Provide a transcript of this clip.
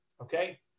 okay